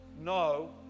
no